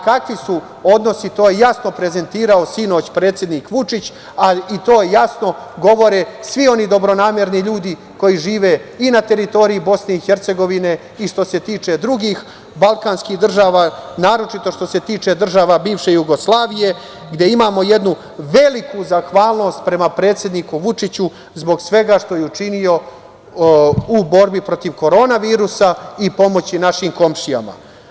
Kakvi su odnosi, to je jasno prezentirao sinoć predsednik Vučić, i to jasno govore svi oni dobronamerni ljudi koji žive i na teritoriji Bosne i Hercegovine, i što se tiče drugih balkanskih država, naročito što se tiče država bivše Jugoslavije gde imamo jednu veliku zahvalnost prema predsedniku Vučiću zbog svega što je učinio u borbi protiv korona virusa i pomoći našim komšijama.